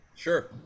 Sure